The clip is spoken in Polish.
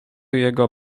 jego